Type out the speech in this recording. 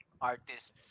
artists